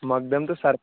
مقدم تہٕ سَر